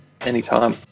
Anytime